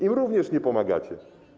Im również nie pomagacie.